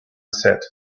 said